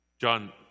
John